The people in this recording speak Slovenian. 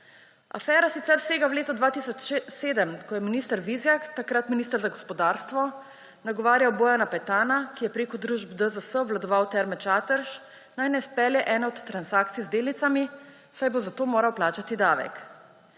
Afera sicer sega v letu 2007, ko je minister Vizjak, takrat minister za gospodarstvo, nagovarjal Bojana Petana, ki je preko družb DZS obvladoval Terme Čatež, naj ne izpelje ene od transakcij z delnicami, saj bo za to moral plačati davek.